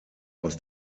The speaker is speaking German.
aus